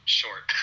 short